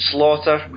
Slaughter